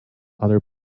other